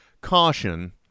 caution